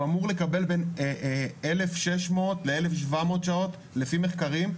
הוא אמור לקבל בין 1,600-1,700 שעות לפי מחקרים,